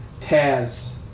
Taz